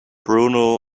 bruno